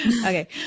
Okay